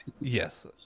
Yes